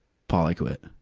paul, i quit.